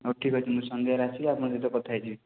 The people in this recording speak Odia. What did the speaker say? ହଉ ଠିକ୍ ଅଛି ମୁଁ ସନ୍ଧ୍ୟାରେ ଆସିବି ଆପଣଙ୍କ ସହିତ କଥା ହେଇଯିବି